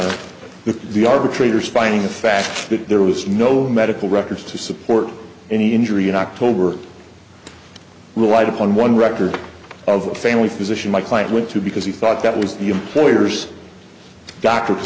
drop the arbitrator spying the fact that there was no medical records to support any injury in october relied upon one record of a family physician my client went to because he thought that was the employer's d